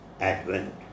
advent